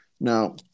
Now